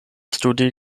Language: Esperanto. studi